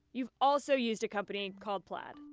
you've also used a company called plaid.